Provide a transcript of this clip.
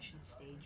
stage